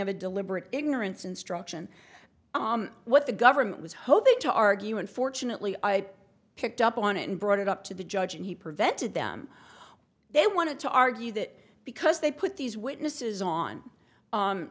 of a deliberate ignorance instruction what the government was hoping to argue unfortunately i picked up on it and brought it up to the judge and he prevented them all they want to argue that because they put these witnesses on